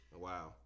Wow